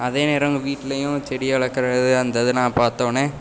அதே நேரம் எங்கள் வீட்லையும் செடி வளர்க்கற இது அந்த இதை நான் பார்த்தோன்னே